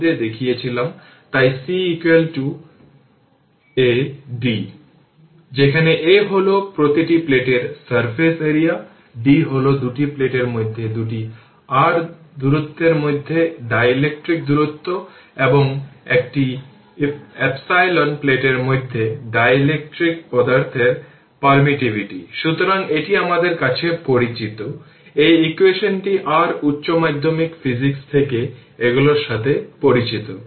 সুতরাং এটি open circuit মানে এটি সেখানে নেই এবং এর মানে হল 10 Ω রেজিস্টেন্স এ কিছুই প্রবাহিত হচ্ছে না এবং শেষ পর্যন্ত এটির মধ্য দিয়ে একটি কারেন্ট প্রবাহিত হবে